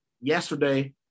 yesterday